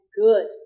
good